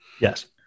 Yes